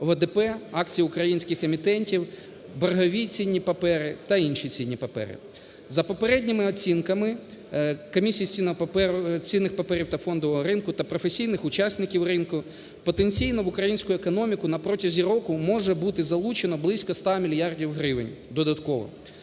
ОВДП, акції українських емітентів, боргові цінні папери та інші цінні папери. За попередніми оцінками Комісії з цінних паперів та фондового ринку, та професійних учасників ринку, потенційно в українську економіку протягом року може бути залучено близько 100 мільярдів гривень додатково,